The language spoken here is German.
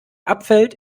abfällt